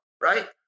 right